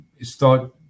start